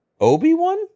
Obi-Wan